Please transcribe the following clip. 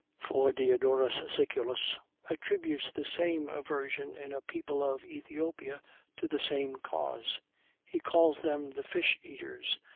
for diodorus siculus attributes the same aversion in a people of ethiopia to the same cause he calls them the fish-eaters,